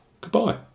Goodbye